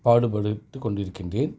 பாடுபட்டுட்டு கொண்டுருக்கின்றேன்